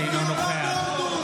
אינו נוכח מי נגד אבות המדינה?